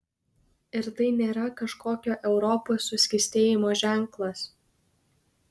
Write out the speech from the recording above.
ir tai nėra kažkokio europos suskystėjimo ženklas